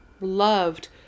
loved